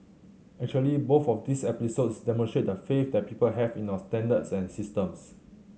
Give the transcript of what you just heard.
actually both of these episodes demonstrate the faith that people have in our standards and systems